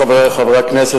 חברי חברי הכנסת,